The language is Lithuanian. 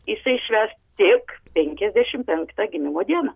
jisai išvęs tik penkiasdešim penktą gimimo dieną